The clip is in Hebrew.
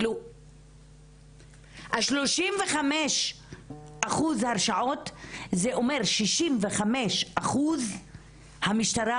ה-35 אחוז הרשעות זה אומר 65 אחוז המשטרה